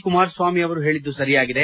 ಕುಮಾರಸ್ವಾಮಿ ಹೇಳಿದ್ದು ಸರಿಯಾಗಿದೆ